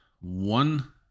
one